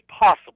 possible